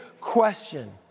question